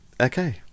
okay